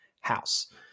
house